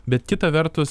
bet kita vertus